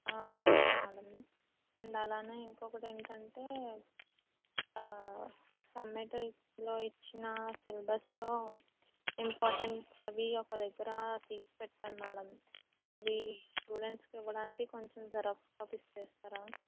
yes madam and అలాగే ఇంకొకటి ఏంటంటే సమ్మేటివ్స్లో ఇచ్చిన సిలబస్లో ఇంపార్టెంట్స్ అవి ఒక దగ్గర తీసి పెట్టాను మేడమ్ అవి స్టూడెంట్స్కి ఇవ్వడానికి కొంచెం జిరాక్స్ కాపీస్ తీస్తారా